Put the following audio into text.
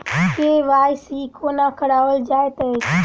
KYC कोना कराओल जाइत अछि?